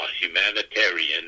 humanitarian